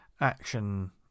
action